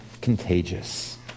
contagious